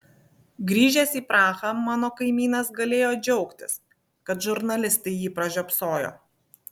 grįžęs į prahą mano kaimynas galėjo džiaugtis kad žurnalistai jį pražiopsojo